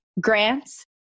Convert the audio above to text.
grants